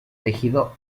tejido